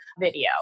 video